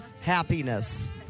happiness